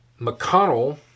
McConnell